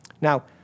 Now